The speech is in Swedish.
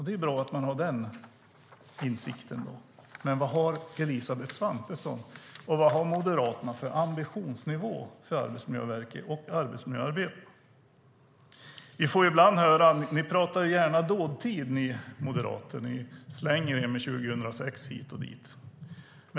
Det är bra att ha den insikten, men vad har Elisabeth Svantesson och Moderaterna för ambitionsnivå för Arbetsmiljöverket och arbetsmiljöarbetet? Ni moderater pratar gärna dåtid. Ni slänger er med 2006 hit och dit.